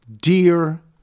dear